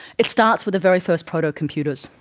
it starts with the very first proto-computers,